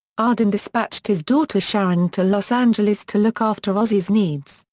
arden dispatched his daughter sharon to los angeles to look after ozzy's needs,